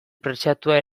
preziatua